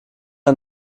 ein